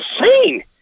insane